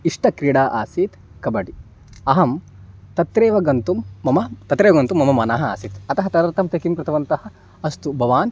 इष्टक्रीडा आसीत् कबड्डि अहं तत्रैव गन्तुं मम तत्रैव गन्तुं मम मनः आसीत् अतः तदर्थं ते किं कृतवन्तः अस्तु भवान्